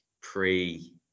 pre